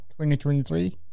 2023